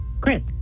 Chris